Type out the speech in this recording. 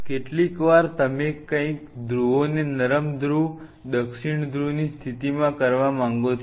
કેટલીક વાર તમે કંઈક ધ્રુવોને નરમ ઉત્તર ધ્રુવ દક્ષિણ ધ્રુવની સ્થિતિમાં કરવા માંગો છો